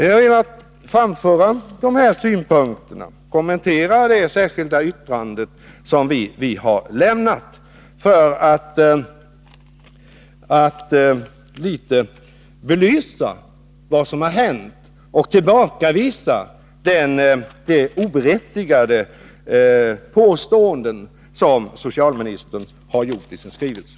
Jag har velat framföra de här synpunkterna och kommentera det särskilda yttrande som vi har avgivit, för att något belysa vad som har hänt och tillbakavisa de oberättigade påståenden som socialministern har gjort i sin skrivelse.